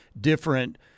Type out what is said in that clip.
different